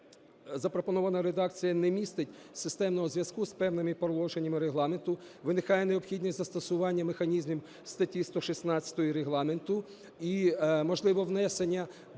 запропонована редакція не містить системного зв'язку з певними положеннями Регламенту, виникає необхідність застосування механізмів статті 116 Регламенту і, можливо, внесення